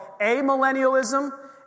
amillennialism